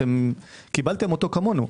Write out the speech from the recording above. קיבלתם אותו כמונו.